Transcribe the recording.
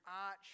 arch